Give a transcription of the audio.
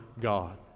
God